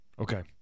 Okay